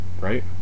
right